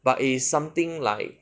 but it's something like